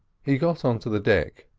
he got on to the deck.